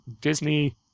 Disney